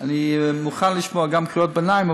אני מוכן לשמוע גם קריאות ביניים,